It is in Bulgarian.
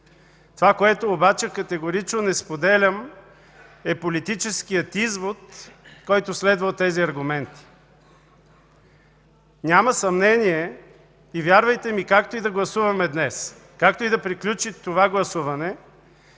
Това, което обаче категорично не споделям, е политическият извод, който следва от тези аргументи. Няма съмнение и вярвайте ми, както и да гласуваме днес, както и да приключи това гласуване,